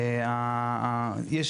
ואנחנו גם נקריא את זה.